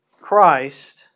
Christ